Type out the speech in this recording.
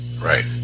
Right